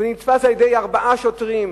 ונתפס על-ידי ארבעה שוטרים,